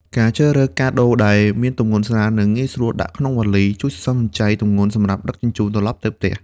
ការជ្រើសរើសកាដូដែលមានទម្ងន់ស្រាល និងងាយស្រួលដាក់ក្នុងវ៉ាលី ជួយសន្សំសំចៃទម្ងន់សម្រាប់ដឹកជញ្ជូនត្រឡប់ទៅផ្ទះ។